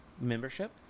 membership